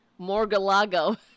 Morgalago